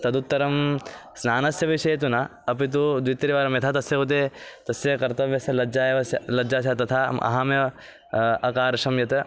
तदुत्तरं स्नानस्य विषये तु न अपि तु द्वित्रिवारं यथा तस्य कृते तस्य कर्तव्यस्य लज्जा एव स्यात् लज्जा तथा अहमेव अकार्षं यत्